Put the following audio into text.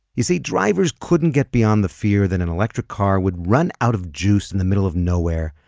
you see, drivers couldn't get beyond the fear that an electric car would run out of juice in the middle of nowhere,